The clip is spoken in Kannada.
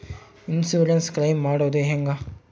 ಇನ್ಸುರೆನ್ಸ್ ಕ್ಲೈಮು ಮಾಡೋದು ಹೆಂಗ?